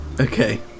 Okay